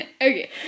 Okay